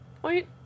Point